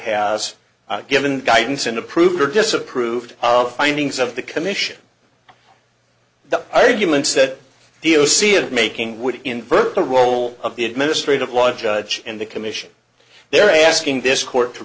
has given guidance and approved or disapproved of findings of the commission the arguments that do you see it making would infer the role of the administrative law judge and the commission they're asking this court to